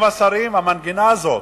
עם השרים והמנגינה הזאת.